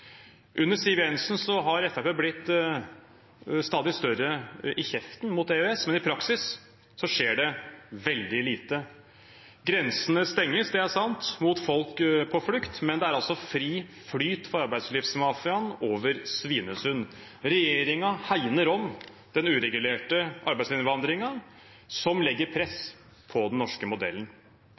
Under Siv Jensen har Fremskrittspartiet blitt stadig større i kjeften mot EØS, men i praksis skjer det veldig lite. Grensene stenges – det er sant – mot folk på flukt, men det er altså fri flyt for arbeidslivsmafiaen over Svinesund. Regjeringen hegner om den uregulerte arbeidsinnvandringen, som legger press på den norske modellen.